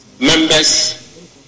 Members